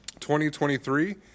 2023